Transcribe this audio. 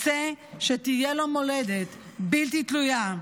רוצה שתהיה לו מולדת בלתי תלויה.